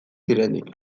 zirenik